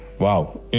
Wow